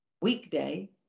Weekday